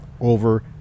Over